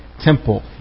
temple